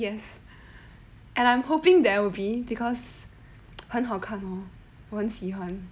yes and I'm hoping there will be because 很好看 lor 我很喜欢